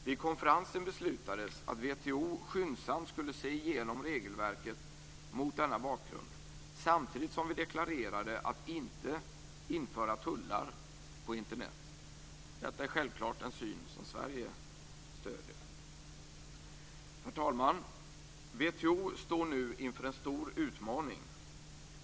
Vid konferensen beslutades att WTO skyndsamt skulle se igenom regelverket mot denna bakgrund. Samtidigt deklarerade vi att tullar inte skulle införas på Internet. Detta är självfallet en syn som Sverige stöder. Herr talman! WTO står nu inför en stor utmaning.